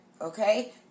okay